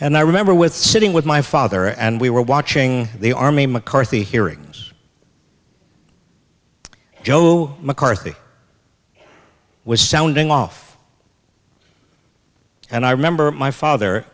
and i remember with sitting with my father and we were watching the army mccarthy hearings joe mccarthy was sounding off and i remember my father